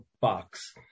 box